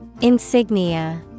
Insignia